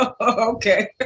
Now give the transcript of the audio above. Okay